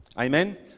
Amen